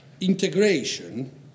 integration